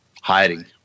hiding